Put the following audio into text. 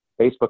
Facebook